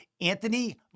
Anthony